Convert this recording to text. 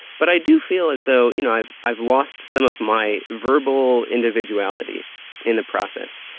but i do feel as though you know i've i've lost some of my verbal individuality in the process,